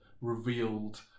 revealed